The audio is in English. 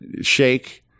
shake